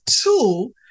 two